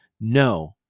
No